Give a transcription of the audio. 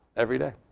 every day.